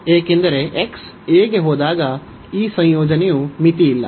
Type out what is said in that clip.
ಏಕೆಂದರೆ x a ಗೆ ಹೋದಾಗ ಈ ಸಂಯೋಜನೆಯು ಮಿತಿಯಿಲ್ಲ